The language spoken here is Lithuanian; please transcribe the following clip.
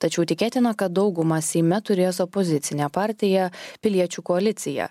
tačiau tikėtina kad daugumą seime turės opozicinė partija piliečių koalicija